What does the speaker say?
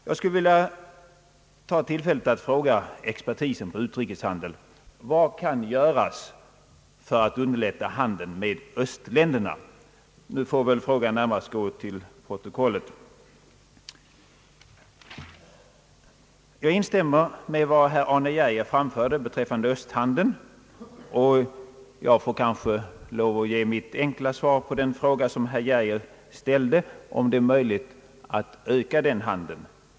Jag skulle vilja utnyttja tillfället att fråga expertisen på utrikeshandeln: Vad kan göras för att underlätta handeln med östländerna? Jag ser ingen regeringsledamot här, och frågan får väl närmast gå till protokollet. Jag instämmer med vad herr Arne Geijer säger beträffande östhandeln, och jag får kanske lov att ge mitt enkla svar på den fråga som herr Geijer ställde om det är möjligt att öka den handeln.